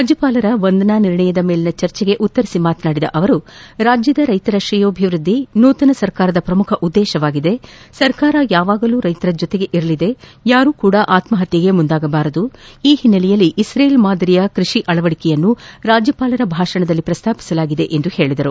ರಾಜ್ಯಪಾಲರ ವಂದನಾ ನಿರ್ಣಯದ ಮೇಲಿನ ಚರ್ಚಿಗೆ ಉತ್ತರಿಸಿ ಮಾತನಾಡಿದ ಅವರು ರಾಜ್ಯದ ರೈತರ ತ್ರೇಯೋಭಿವೃದ್ದಿ ನೂತನ ಸರ್ಕಾರದ ಪ್ರಮುಖ ಉದ್ದೇಶವಾಗಿದೆ ಸರ್ಕಾರ ಯಾವಗಾಲೂ ರೈತರ ಜತೆಗೆ ಇರಲಿದೆ ಯಾರೂ ಕೂಡ ಆತ್ಮ ಪತ್ಲೆಗೆ ಮುಂದಾಗಬಾರದುಈ ಹಿನ್ನಲೆಯಲ್ಲಿ ಇಶ್ರೇಲ್ ಮಾದರಿಯ ಕೃಷಿ ಆಳವಡಿಕೆಯನ್ನು ರಾಜ್ಲಪಾಲರ ಭಾಷಣದಲ್ಲಿ ಪ್ರಸ್ತಾಪಿಸಲಾಗಿದೆ ಎಂದು ಹೇಳಿದರು